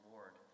Lord